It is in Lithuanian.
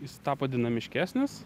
jis tapo dinamiškesnis